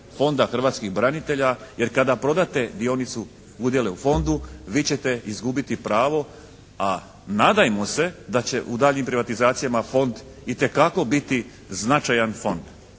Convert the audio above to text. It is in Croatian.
Fonda hrvatskih branitelja, jer kada prodate dionicu, udjele u Fondu, vi ćete izgubiti pravo, a nadajmo se da će u daljnjim privatizacijama Fond itekako biti značajan Fond.